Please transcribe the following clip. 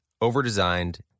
overdesigned